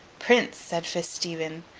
prince! said fitz-stephen,